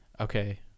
okay